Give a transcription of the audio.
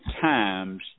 times